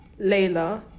Layla